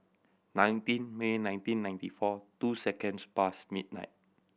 nineteen May nineteen ninety four two seconds past midnight